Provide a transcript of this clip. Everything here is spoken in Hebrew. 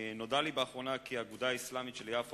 נודע לי באחרונה כי האגודה האסלאמית של יפו